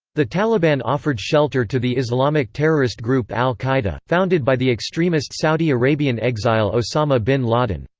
the taliban offered shelter to the islamic terrorist group al-qaeda, founded by the extremist saudi arabian exile osama bin laden.